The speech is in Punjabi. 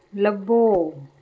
ਲੱਭੋ